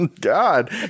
God